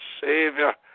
Savior